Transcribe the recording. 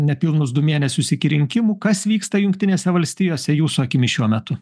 nepilnus du mėnesius iki rinkimų kas vyksta jungtinėse valstijose jūsų akimis šiuo metu